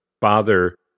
bother